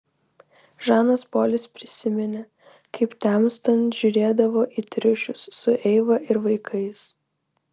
žanas polis prisiminė kaip temstant žiūrėdavo į triušius su eiva ir vaikais